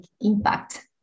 impact